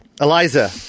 Eliza